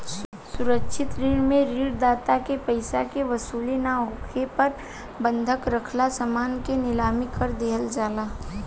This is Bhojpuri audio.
सुरक्षित ऋण में ऋण दाता के पइसा के वसूली ना होखे पर बंधक राखल समान के नीलाम कर दिहल जाला